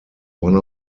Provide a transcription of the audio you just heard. one